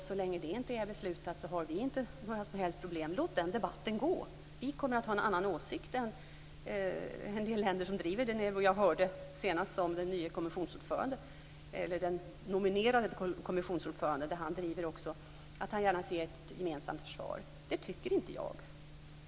Så länge det inte är beslutat har vi inte några som helst problem. Låt den debatten gå! Vi kommer att ha en annan åsikt än en del länder som driver frågan. Jag hörde senast den nu nominerade kommissionsordföranden driva att han gärna ser ett gemensamt försvar. Så tycker inte jag.